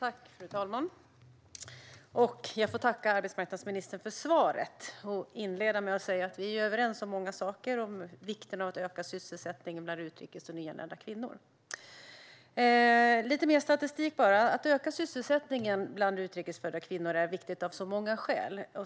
Fru talman! Jag får tacka arbetsmarknadsministern för svaret och inleda med att säga att vi är överens om många saker om vikten av att öka sysselsättningen bland utrikes födda och nyanlända kvinnor. Jag har lite mer statistik. Att öka sysselsättningen bland utrikes födda kvinnor är viktigt av så många skäl.